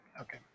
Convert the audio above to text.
Okay